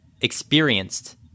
experienced